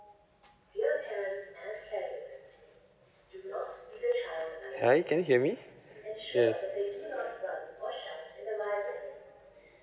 guy can you hear me yes